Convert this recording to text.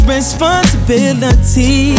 Responsibility